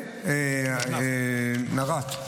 נר"ת.